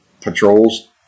patrols